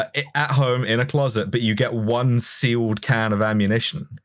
at at home, in a closet, but you get one sealed can of ammunition.